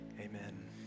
Amen